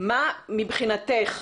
מה מבחינתך,